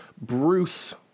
Bruce